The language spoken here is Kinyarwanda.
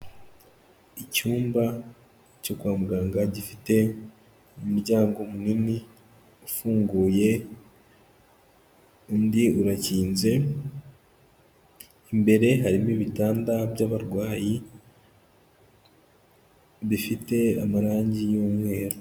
Icyumba cyo kwa muganga gifite umuryango munini ufunguye, undi urakinze, imbere harimo ibitanda by'abarwayi bifite amarangi y'umweru.